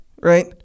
right